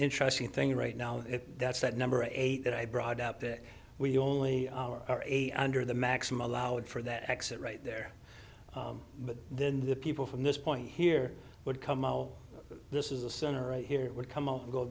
interesting thing right now that's that number eight that i brought up that we only under the maximum allowed for that exit right there but then the people from this point here would come out this is a center right here would come out